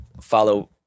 follow